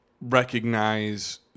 recognize